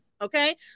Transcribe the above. okay